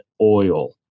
oil